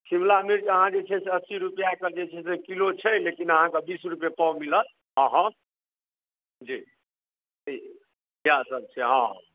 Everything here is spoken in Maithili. शिमला मिर्च अहाँक जे छै से अस्सी रुपआ कऽ जे छै से किलो छै लेकिन अहाँक बीस रुपये पाओ मिलत आ हम जी जी इएह सभ छै हाँ